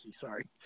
sorry